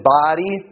body